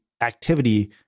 activity